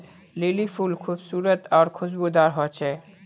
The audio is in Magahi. लिली फुल खूबसूरत आर खुशबूदार होचे